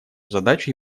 задачу